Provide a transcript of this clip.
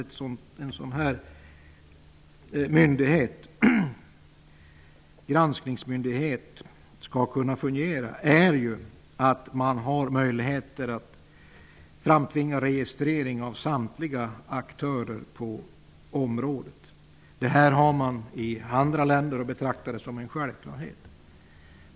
En helt avgörande förutsättning för att en granskningsmyndighet skall kunna fungera är ju att man har möjligheter att framtvinga registrering av samtliga aktörer på området. Det har man i andra länder och betraktar det som en självklarhet.